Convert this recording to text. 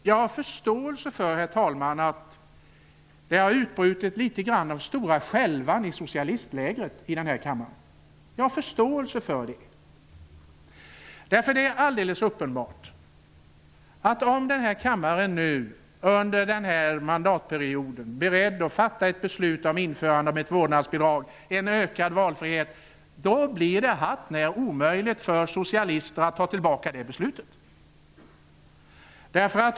Jag har förståelse för att det har utbrutit litet grand av stora skälvan i socialistlägret i denna kammare. Det är alldeles uppenbart, att om denna kammare under denna mandatperiod är beredd att fatta ett beslut om införande av ett vårdnadsbidrag och en ökad valfrihet, blir det hart när omöjligt för socialister att ta tillbaka det beslutet.